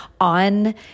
on